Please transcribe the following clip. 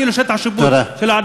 כאילו שטח השיפוט שלה,